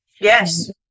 Yes